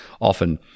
often